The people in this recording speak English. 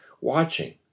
watching